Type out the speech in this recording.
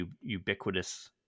ubiquitous